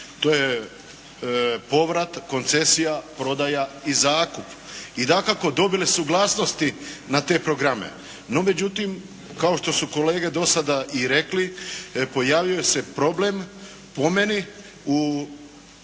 To je povrat, koncesija, prodaja i zakup. I dakako, dobile suglasnosti na te programe. No, međutim, kao što su kolege do sada i rekli pojavio se problem, po meni, u